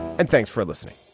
and thanks for listening